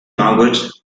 language